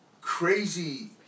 crazy